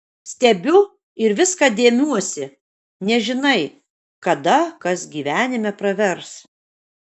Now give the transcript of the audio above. stebiu ir viską dėmiuosi nežinai kada kas gyvenime pravers